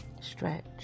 stretch